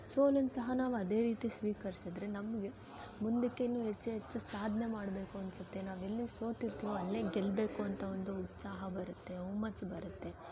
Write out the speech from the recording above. ಸೋಲನ್ನು ಸಹ ನಾವು ಅದೇ ರೀತಿ ಸ್ವೀಕರಿಸಿದ್ರೆ ನಮಗೆ ಮುಂದಕ್ಕಿನ್ನೂ ಹೆಚ್ಚು ಹೆಚ್ಚು ಸಾಧನೆ ಮಾಡಬೇಕು ಅನಿಸುತ್ತೆ ನಾವೆಲ್ಲಿ ಸೋತಿರ್ತಿವೋ ಅಲ್ಲೇ ಗೆಲ್ಲಬೇಕು ಅಂತ ಒಂದು ಉತ್ಸಾಹ ಬರುತ್ತೆ ಹುಮ್ಮಸ್ಸು ಬರುತ್ತೆ